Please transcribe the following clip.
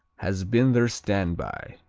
has been their standby,